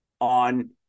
on